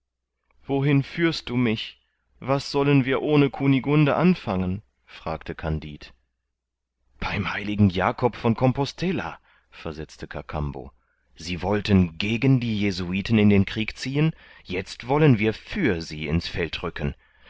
wohin führst du mich was sollen wir ohne kunigunde anfangen fragte kandid beim heiligen jakob von compostella versetzte kakambo sie wollten gegen die jesuiten in den krieg ziehen jetzt wollen wir für sie ins feld rücken